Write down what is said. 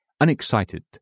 unexcited